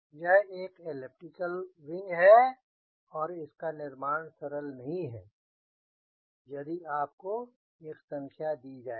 यह एक elliptical wing है और इसका निर्माण सरल नहीं है यदि आपको एक संख्या दी जाए तो